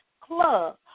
Club